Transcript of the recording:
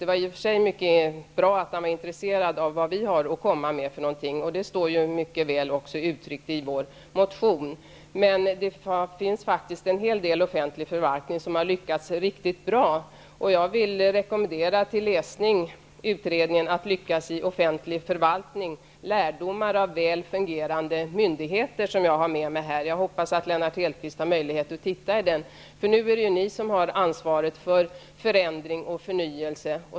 Det var i och för sig mycket bra att han var intresserad av vad vi har att komma med. Det står också mycket väl uttryckt i vår motion. Det finns faktiskt en hel del offentlig förvaltning som har lyckats riktigt bra. Jag vill rekommendera till läsning utredningen Att lyckas i offentlig förvaltning, lärdomar av väl fungerande myndigheter, som jag har med mig. Jag hoppas att Lennart Hedquist har möjlighet att titta i den. Nu är det ni som har ansvaret för förändring och förnyelse.